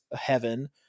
heaven